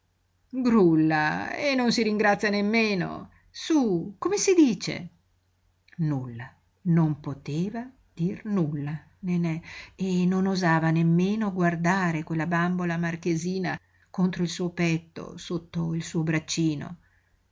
grulla e non si ringrazia nemmeno sú come si dice nulla non poteva dir nulla nenè e non osava nemmeno guardare quella bambola marchesina contro il suo petto sotto il suo braccino